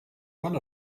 one